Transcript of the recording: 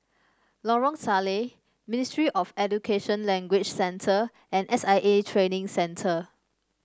Lorong Salleh Ministry of Education Language Centre and S I A Training Centre